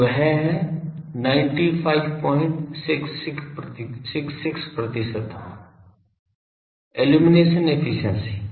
तो वह है 9566 प्रतिशत इल्लुमिनेशन एफिशिएंसी